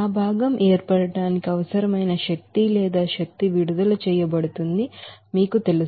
ఆ భాగం ఏర్పడటానికి అవసరమైన శక్తి లేదా శక్తి విడుదల చేయబడుతుందని మీకు తెలుసు